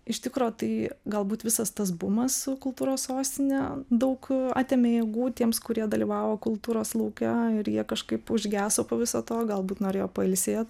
iš tikro tai galbūt visas tas bumas su kultūros sostine daug atėmė jėgų tiems kurie dalyvavo kultūros lauke ir jie kažkaip užgeso po viso to galbūt norėjo pailsėt